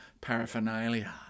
paraphernalia